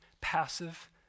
passive